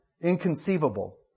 Inconceivable